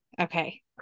Okay